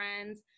friends